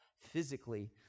physically